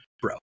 bro